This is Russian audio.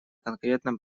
конкретном